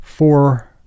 Four